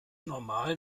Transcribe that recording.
normal